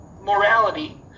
morality